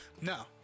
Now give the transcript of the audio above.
No